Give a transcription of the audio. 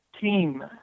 team